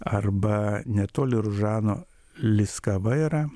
arba netoli ružano liskava yra